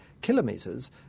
kilometers